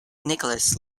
nicholas